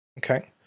Okay